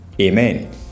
Amen